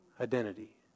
Identity